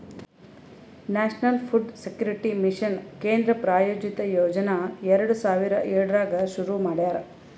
national food security mission ಕೇಂದ್ರ ಪ್ರಾಯೋಜಿತ ಯೋಜನಾ ಎರಡು ಸಾವಿರದ ಏಳರಾಗ್ ಶುರು ಮಾಡ್ಯಾರ